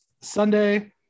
Sunday